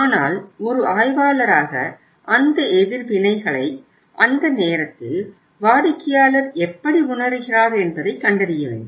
ஆனால் ஒரு ஆய்வாளராக அந்த எதிர்வினைகளை அந்த நேரத்தில் வாடிக்கையாளர் எப்படி உணருகிறார் என்பதை கண்டறிய வேண்டும்